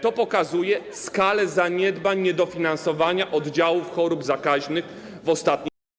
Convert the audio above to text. To pokazuje skalę zaniedbań, niedofinansowania oddziałów chorób zakaźnych w ostatnich latach.